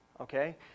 okay